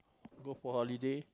go for holiday